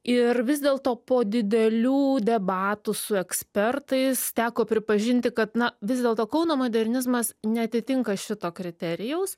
ir vis dėlto po didelių debatų su ekspertais teko pripažinti kad na vis dėlto kauno modernizmas neatitinka šito kriterijaus